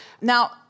Now